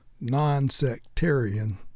non-sectarian